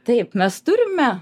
taip mes turime